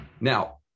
Now